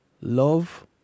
love